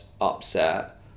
upset